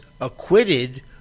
acquitted